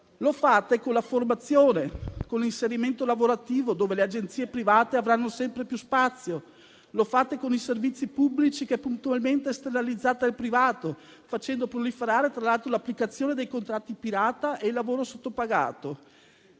Lo fate con la formazione e con l'inserimento lavorativo, dove le agenzie private avranno sempre più spazio. Lo fate con i servizi pubblici, che puntualmente affidate al privato, facendo proliferare, tra l'altro, l'applicazione dei contratti pirata e del lavoro sottopagato.